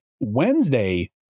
wednesday